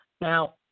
Now